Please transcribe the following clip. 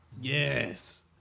Yes